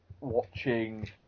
watching